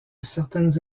certaines